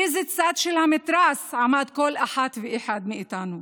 באיזה צד של המתרס עמד כל אחד ואחת מאיתנו.